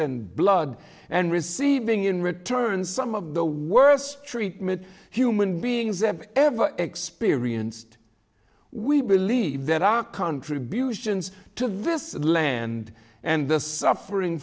and blood and receiving in return some of the worst treatment human beings have ever experienced we believe that our contributions to this land and the suffering